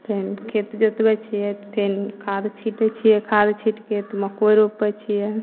फेन खेत जोतबै छियै फेन खाद छींटै छियै खाद छींटके तऽ मकइ रोपै छियै